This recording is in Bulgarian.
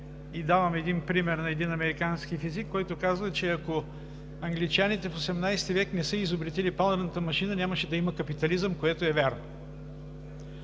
И давам един пример на един американски физик, който казва, че ако англичаните в XVIII век не са изобретили парната машина, нямаше да има капитализъм, което е вярно.